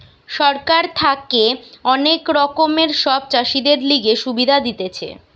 সরকার থাকে অনেক রকমের সব চাষীদের লিগে সুবিধা দিতেছে